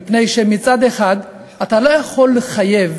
מפני שמצד אחד אתה לא יכול לחייב